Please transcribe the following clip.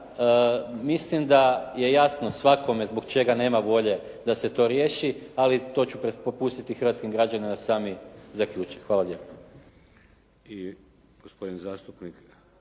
mislim da je jasno svakome zbog čega nema volje da se to riješi ali to ću prepustiti hrvatskim građanima da sami zaključe. Hvala lijepo.